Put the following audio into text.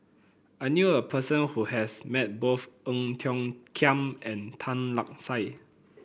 I knew a person who has met both Ong Tiong Khiam and Tan Lark Sye